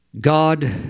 God